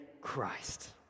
Christ